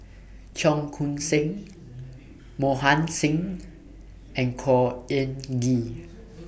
Cheong Koon Seng Mohan Singh and Khor Ean Ghee